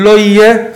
לא תהיה.